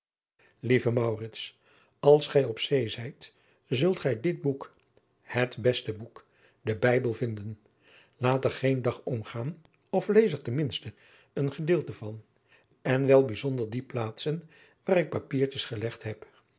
maurits als gij op zee zijt zult gij dit boek het beste boek den bijbel vinden laat er geen dag omgaan of lees er ten minste een gedeelte van en wel bijzonder die plaatsen waar ik papiertjes gelegd heb